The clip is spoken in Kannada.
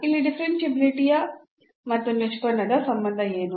ಇಲ್ಲಿ ಡಿಫರೆನ್ಷಿಯಾಬಿಲಿಟಿಯ ಮತ್ತು ನಿಷ್ಪನ್ನದ ಸಂಬಂಧ ಏನು